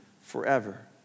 forever